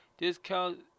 discount